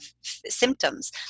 symptoms